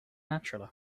naturally